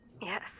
Yes